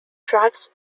drives